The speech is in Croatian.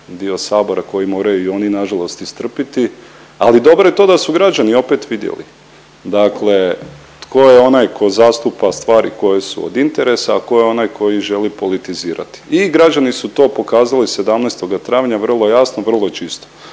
dio sabora koji moraju i oni nažalost istrpiti, ali dobro je to da su građani opet vidjeli, dakle tko je onaj ko zastupa stvari koje su od interesa, a ko je onaj koji želi politizirati i građani su to pokazali 17. travnja vrlo jasno, vrlo čisto.